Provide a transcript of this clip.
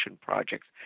projects